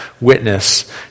witness